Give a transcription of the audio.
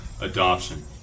adoption